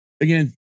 Again